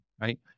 right